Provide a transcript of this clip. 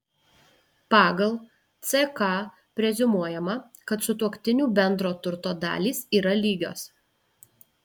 pagal ck preziumuojama kad sutuoktinių bendro turto dalys yra lygios